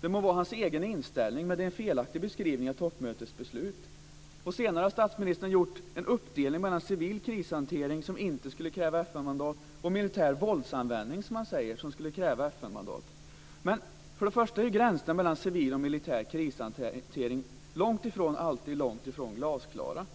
Det må vara hans egen inställning, men det är en felaktig beskrivning av toppmötets beslut. Statsministern har senare gjort en uppdelning mellan civil krishantering, som inte skulle kräva FN mandat, och militär våldsanvändning, som han säger, som skulle kräva FN-mandat. Men för det första är gränserna mellan civil och militär krishantering långt ifrån alltid glasklara.